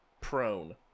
prone